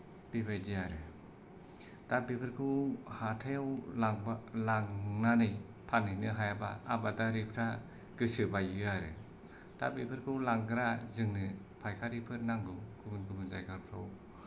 बेबायदि आरो दा बेफोरखौ हाथायाव लांबा लांनानै फानहैनो हायाबा आबादारिफोरा गोसो बायो आरो दा बेफोरखौ लांग्रा जोंनो फायखारि फोर नांगौ गुबुन गुबुन जायगाफ्राव